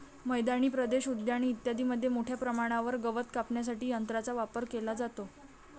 मैदानी प्रदेश, उद्याने इत्यादींमध्ये मोठ्या प्रमाणावर गवत कापण्यासाठी यंत्रांचा वापर केला जातो